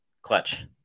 clutch